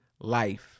life